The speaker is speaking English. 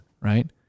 right